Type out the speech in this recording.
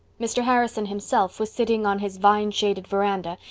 mr. harrison himself was sitting on his vineshaded veranda,